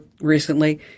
recently